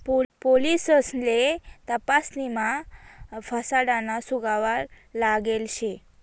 पोलिससले तपासणीमा फसाडाना सुगावा लागेल शे